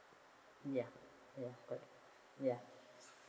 ya ya cor~ ya